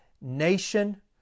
nation